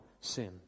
sin